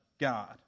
God